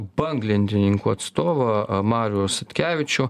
banglentininkų atstovą marių stkevičių